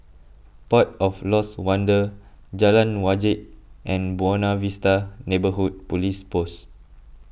Port of Lost Wonder Jalan Wajek and Buona Vista Neighbourhood Police Post